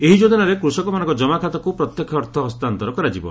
ଏହି ଯୋଜନାରେ କୃଷକମାନଙ୍କ ଜମାଖାତାକୁ ପ୍ରତ୍ୟକ୍ଷ ଅର୍ଥ ହସ୍ତାନ୍ତର କରାଯିବ